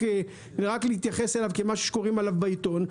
ורק להתייחס אליו כמשהו שקוראים עליו בעיתון,